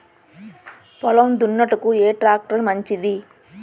పొలం దున్నుటకు ఏ ట్రాక్టర్ మంచిది?